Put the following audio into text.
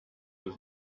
was